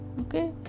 okay